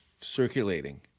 circulating